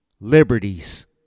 Liberties